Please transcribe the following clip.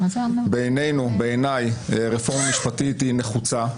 בעיניי רפורמה משפטית נחוצה,